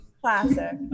classic